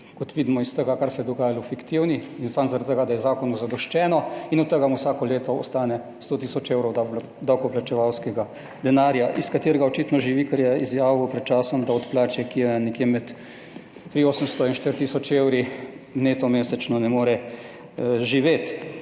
kot vidimo iz tega, kar se je dogajalo, fiktivni in samo zaradi tega, da je zakonu zadoščeno. In od tega mu vsako leto ostane 100 tisoč evrov davkoplačevalskega denarja, iz katerega očitno živi, ker je izjavil pred časom, da od plače, ki je nekje med 3 tisoč 800 in 4 tisoč evri neto mesečno ne more živeti.